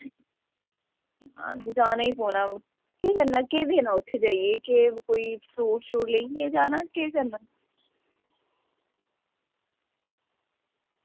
आं ते जाना ई पौना केह् देना केह् करना उत्थें जाइयै भी फ्रूट लेइयै जाना जां केह् करना भी